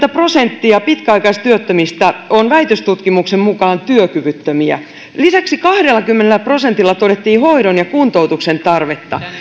kolmekymmentä prosenttia pitkäaikaistyöttömistä on väitöstutkimuksen mukaan työkyvyttömiä lisäksi kahdellakymmenellä prosentilla todettiin hoidon ja kuntoutuksen tarvetta